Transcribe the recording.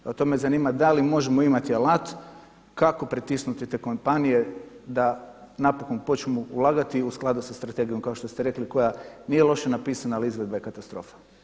Prema tome, zanima me da li možemo imati alat kako pritisnuti te kompanije da napokon počnu ulagati u skladu sa strategijom kao što ste rekli koja nije loše napisana ali izvedba je katastrofa.